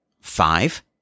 Five